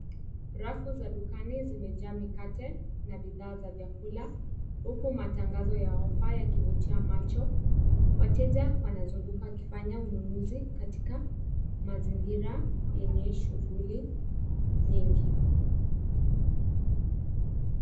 Rafu za dukani zimejaa mikate na bidhaa vya vyakula, huku matangazo ya offer yakivutia macho wateja wanazunguka wakifanya ununuzi katika mazingira yenye shughuli nyingi.